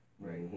Right